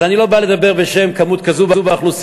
אז אני לא בא לדבר בשם כמות כזו באוכלוסייה,